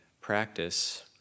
practice